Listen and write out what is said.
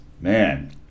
Man